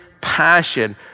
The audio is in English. passion